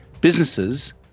Businesses